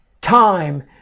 time